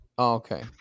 Okay